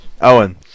Owen